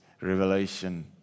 Revelation